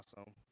Awesome